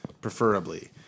preferably